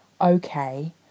Okay